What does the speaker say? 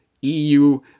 EU